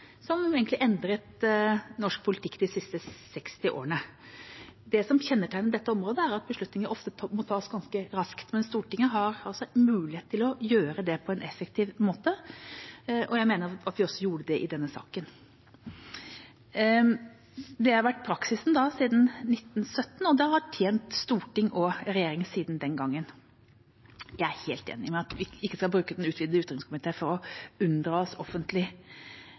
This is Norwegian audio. egentlig endret norsk politikk de siste 60 årene. Det som kjennetegner dette området, er at beslutninger ofte må tas ganske raskt, men Stortinget har altså mulighet til å gjøre det på en effektiv måte, og jeg mener at vi også gjorde det i denne saken. Det har vært praksis siden 1917, og det har tjent storting og regjering siden den gangen. Jeg er helt enig i at vi ikke skal bruke den utvidete utenriks- og forsvarskomiteen til å unndra oss offentlig